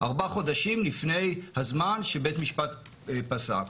ארבעה חודשים לפני הזמן שבית משפט פסק.